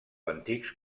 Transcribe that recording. antics